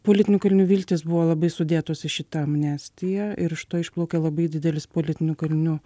politinių kalinių viltys buvo labai sudėtos į šitą amnestiją ir iš to išplaukė labai didelis politinių kalinių